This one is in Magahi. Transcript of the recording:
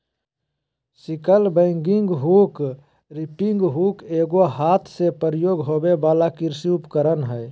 sickle bagging hook, reaping hook एगो हाथ से प्रयोग होबे वला कृषि उपकरण हइ